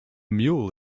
mule